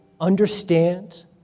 understand